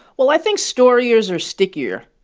well, i think stories are stickier.